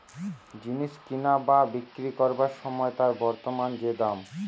জিনিস কিনা বা বিক্রি কোরবার সময় তার বর্তমান যে দাম